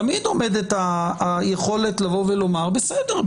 תמיד עומדת היכולת לבוא ולומר: בסדר,